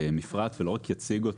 למפרט ולא רק יציג אותה,